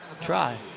try